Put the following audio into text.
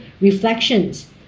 reflections